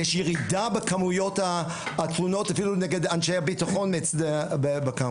יש ירידה בכמויות התלונות אפילו נגד אנשי הבטחון בקמפוס.